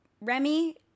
Remy